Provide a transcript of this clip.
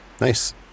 Nice